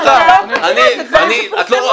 ככה, כי אני החלטתי.